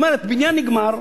כלומר בניין נגמר,